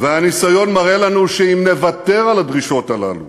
הניסיון מראה לנו שאם נוותר על הדרישות האלה,